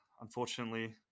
Unfortunately